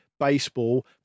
Baseball